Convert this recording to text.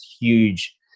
huge